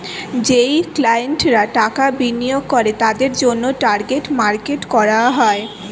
যেই ক্লায়েন্টরা টাকা বিনিয়োগ করে তাদের জন্যে টার্গেট মার্কেট করা হয়